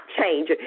change